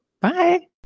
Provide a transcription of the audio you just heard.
Bye